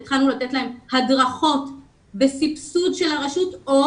התחלנו לתת להם הדרכות בסבסוד הרשות או